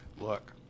Look